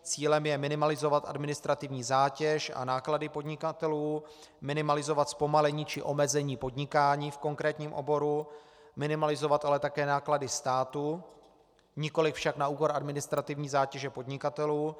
Cílem je minimalizovat administrativní zátěž a náklady podnikatelů, minimalizovat zpomalení či omezení podnikání v konkrétním oboru, minimalizovat ale také náklady státu, nikoliv však na úkor administrativní zátěže podnikatelů.